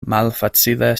malfacile